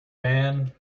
dan